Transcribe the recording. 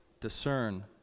discern